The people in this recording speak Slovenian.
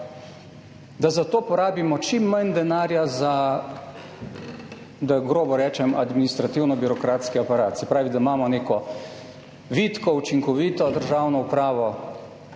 da za to porabimo čim manj denarja za, da grobo rečem, administrativni, birokratski aparat. Se pravi, da imamo neko vitko, učinkovito državno upravo,